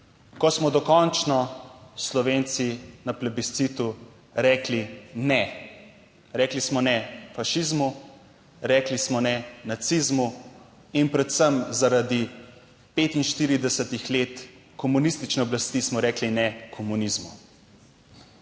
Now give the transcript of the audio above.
ko smo dokončno Slovenci na plebiscitu rekli ne. Rekli smo ne fašizmu, rekli smo ne nacizmu in predvsem zaradi 45 let komunistične oblasti smo rekli ne komunizmu.